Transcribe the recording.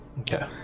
Okay